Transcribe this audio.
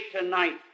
tonight